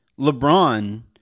LeBron